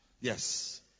Yes